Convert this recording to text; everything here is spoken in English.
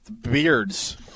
Beards